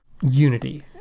unity